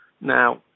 Now